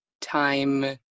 time